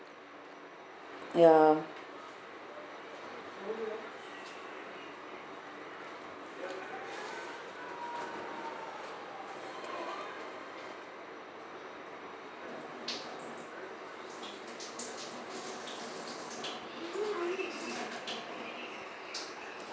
ya